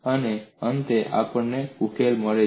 અને અંતે આપણને ઉકેલ મળે છે